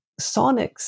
sonics